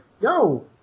Yo